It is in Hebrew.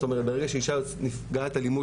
זאת אומרת ברגע שאישה נפגעת אלימות,